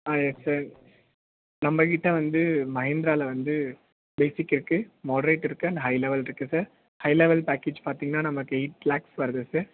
ஆ yes sir நம்ம கிட்ட வந்து மகேந்த்ராவில வந்து பேசிக் இருக்குது மாட்ரேட் இருக்குது அண்ட் ஹை லெவல் இருக்குது சார் ஹை லெவல் பேக்கேஜ் பார்த்தீங்கனா நமக்கு எய்ட் லேக்ஸ் வருது சார்